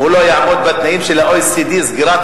אם הוא לא יעמוד בתנאים של ה-OECD: סגירת